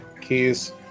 keys